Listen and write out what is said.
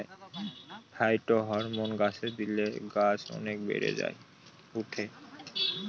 phytohormone গাছে দিলে গাছ অনেক বেড়ে ওঠে